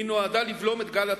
היא נועדה לבלום את גל הפיטורים,